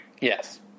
Yes